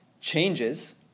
changes